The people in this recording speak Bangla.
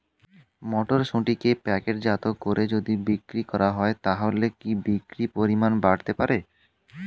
মটরশুটিকে প্যাকেটজাত করে যদি বিক্রি করা হয় তাহলে কি বিক্রি পরিমাণ বাড়তে পারে?